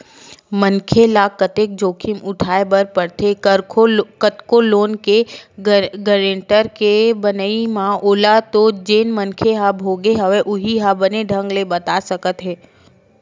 मनखे ल कतेक जोखिम उठाय बर परथे कखरो लोन के गारेंटर के बनई म ओला तो जेन मनखे ह भोगे हवय उहीं ह बने ढंग ले बता सकत हे